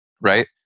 right